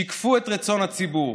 שיקפו את רצון הציבור,